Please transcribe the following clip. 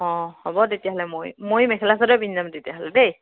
অঁ হ'ব তেতিয়াহ'লে মই ময়ো মেখেলা চাদৰ পিন্ধি যাম তেতিয়াহ'লে দেই